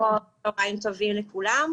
צהריים טובים לכולם.